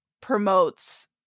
promotes